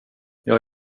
jag